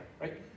right